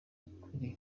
ukuri